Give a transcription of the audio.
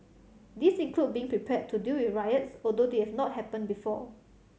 these include being prepared to deal with riots although they have not happened before